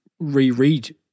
Reread